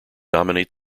dominate